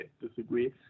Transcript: disagree